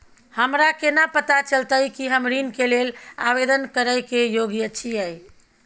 हमरा केना पता चलतई कि हम ऋण के लेल आवेदन करय के योग्य छियै?